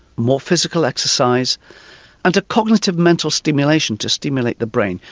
more physical exercise and a cognitive mental stimulation to stimulate the brain.